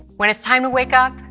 when it's time to wake up,